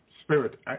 Spirit